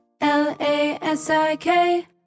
L-A-S-I-K